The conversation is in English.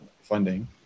funding